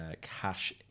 cash